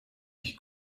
nicht